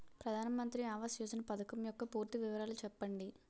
ప్రధాన మంత్రి ఆవాస్ యోజన పథకం యెక్క పూర్తి వివరాలు చెప్పండి?